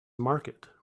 market